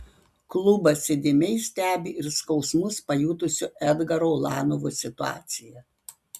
klubas įdėmiai stebi ir skausmus pajutusio edgaro ulanovo situaciją